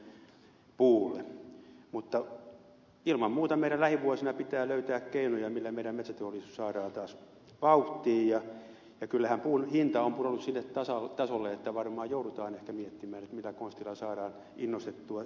mutta ilman muuta meidän lähivuosina pitää löytää keinoja millä meidän metsäteollisuus saadaan taas vauhtiin ja kyllähän puun hinta on pudonnut sille tasolle että varmaan joudutaan ehkä miettimään millä konstilla saadaan innostettua metsänomistajia myymään